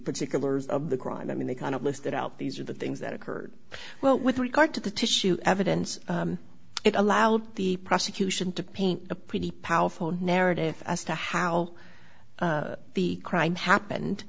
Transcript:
particulars of the crime i mean they kind of listed out these are the things that occurred well with regard to the tissue evidence it allowed the prosecution to paint a pretty powerful narrative as to how the crime happened